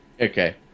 okay